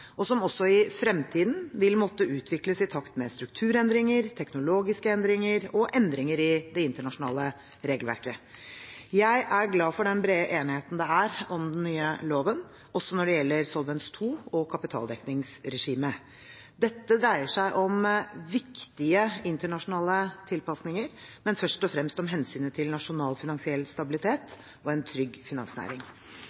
og som også i fremtiden vil måtte utvikles i takt med strukturendringer, teknologiske endringer og endringer i det internasjonale regelverket. Jeg er glad for den brede enigheten det er om den nye loven, også når det gjelder Solvens II og kapitaldekningsregimet. Dette dreier seg om viktige internasjonale tilpasninger, men først og fremst om hensynet til nasjonal finansiell stabilitet og en trygg finansnæring.